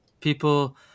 people